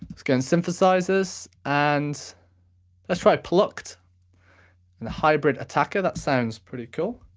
let's go in synthesisers and let's try plucked and the hybrid attacker, that sounds pretty cool.